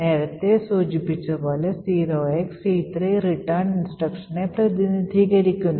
നേരത്തെ സൂചിപ്പിച്ചതുപോലെ 0xC3 return instructionനെ പ്രതിനിധീകരിക്കുന്നു